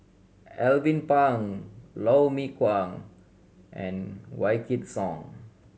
Alvin Pang Lou Mee Wah and Wykidd Song